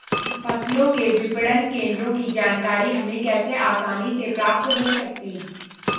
फसलों के विपणन केंद्रों की जानकारी हमें कैसे आसानी से प्राप्त हो सकती?